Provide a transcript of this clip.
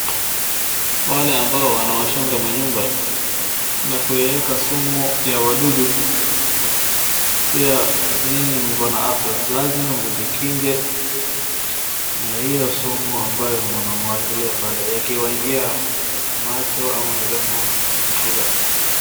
Wale ambao wanaoshaga manyumba kwa kuieka sumu ya wadudu pia nyinyi mkona afya. Lazima mjikinge na hio sumu ambayo mnamwangilia pale. Yakiwaingia macho ama midomo ni shida.